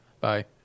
Bye